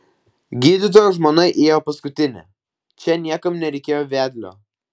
gydytojo žmona įėjo paskutinė čia niekam nereikėjo vedlio